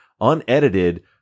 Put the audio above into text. Unedited